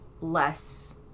less